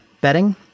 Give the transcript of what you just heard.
betting